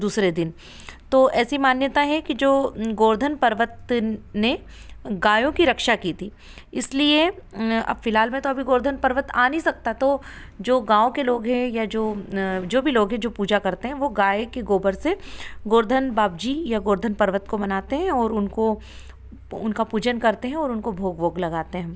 दूसरे दिन तो ऐसी मान्यता है कि जो गोवर्धन पर्वत ने गायों की रक्षा की थी इसलिए अब फिलहाल में तो अभी गोवर्धन पर्वत आ नहीं सकता तो जो गाँव के लोग हैं या जो जो भी लोग है जो पूजा करते हैं वो गाय के गोबर से गोवर्धन बाबा जी या गोवर्धन पर्वत को मनाते हैं और उनको उनका पूजन करते हैं ओर उनको भोग वोग लगाते हैं